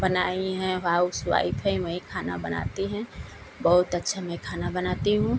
बनाई हैं हाउसवाइफ हैं वही खाना बनाती हैं बहुत अच्छा मैं खाना बनाती हूँ